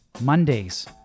Mondays